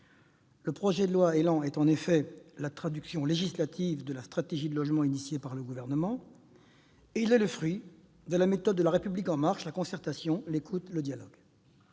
Le projet de loi ÉLAN est en effet la traduction législative de la stratégie de logement engagée par le Gouvernement. Il est également le fruit de la méthode de La République En Marche : la concertation, l'écoute et le dialogue.